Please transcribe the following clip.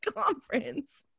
conference